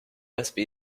usb